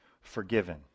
forgiven